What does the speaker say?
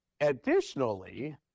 Additionally